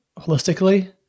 holistically